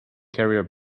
carrier